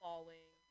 Falling